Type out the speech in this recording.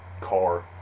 car